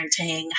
parenting